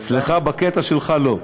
אצלך, בקטע שלך, לא.